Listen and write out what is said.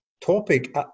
Topic